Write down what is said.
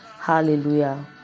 Hallelujah